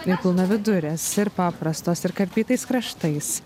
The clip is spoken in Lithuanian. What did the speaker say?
kiek pilnavidurės ir paprastos ir karpytais kraštais